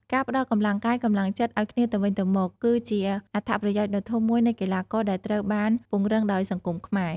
ការផ្តល់កម្លាំងកាយ កម្លាំងចិត្តអោយគ្នាទៅវិញទោមក គឺជាអត្ថប្រយោជន៍ដ៏ធំមួយនៃកីឡាករដែលត្រូវបានពង្រឹងដោយសង្គមខ្មែរ។